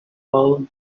all